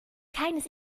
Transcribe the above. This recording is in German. keines